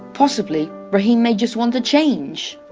possibly raheem may just want a change.